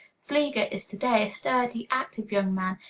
fleager is to-day a sturdy, active young man,